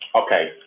Okay